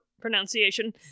pronunciation